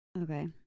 Okay